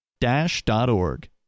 Dash.org